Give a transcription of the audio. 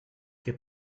que